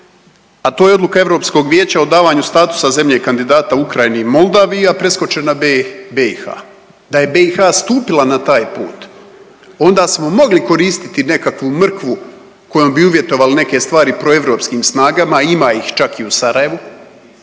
a to je odluka Europskog vijeća o davanju statusa zemlje kandidata Ukrajini i Moldaviji, a preskočena B, BiH. Da je BiH stupila na taj put onda smo mogli koristiti nekakvu mrkvu kojom bi uvjetovali neke stvari proeuropskim snagama, ima ih čak i u Sarajevu,